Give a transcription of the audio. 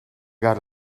got